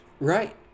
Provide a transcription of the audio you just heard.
right